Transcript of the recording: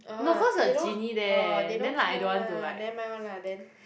orh they don't orh they don't care [one] lah nevermind [one] lah then